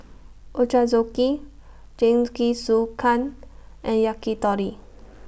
Ochazuke Jingisukan and Yakitori